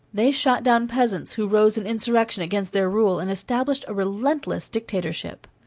they shot down peasants who rose in insurrection against their rule and established a relentless dictatorship.